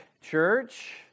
church